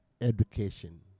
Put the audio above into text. education